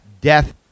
death